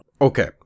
Okay